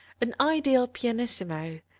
an ideal pianissimo,